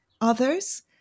others